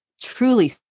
truly